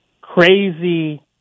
crazy